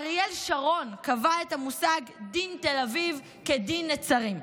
אריאל שרון קבע את המושג "דין תל אביב כדין נצרים".